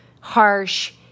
harsh